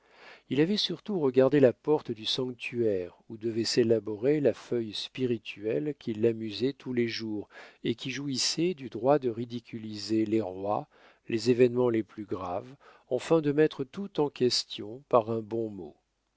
il avait surtout regardé la porte du sanctuaire où devait s'élaborer la feuille spirituelle qui l'amusait tous les jours et qui jouissait du droit de ridiculiser les rois les événements les plus graves enfin de mettre tout en question par un bon mot